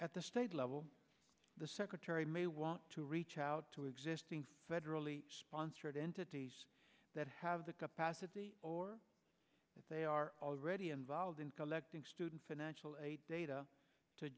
at the state level the secretary may want to reach out to existing federally sponsored entities that have the capacity or if they are already involved in collecting student financial aid data to